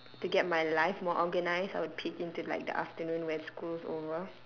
to get my life more organized I would peek into like the afternoon when school's over